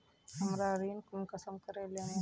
हमरा ऋण कुंसम करे लेमु?